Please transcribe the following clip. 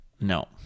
No